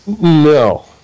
No